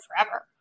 forever